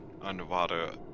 underwater